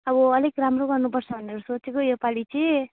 अब अलिक राम्रो गर्नुपर्छ भनेर सोचेको योपालि चाहिँ